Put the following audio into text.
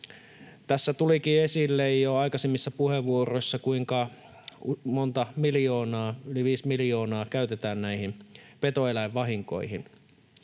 Tässä tulikin esille jo aikaisemmissa puheenvuoroissa, kuinka monta miljoonaa, yli viisi miljoonaa, käytetään näihin petoeläinvahinkoihin.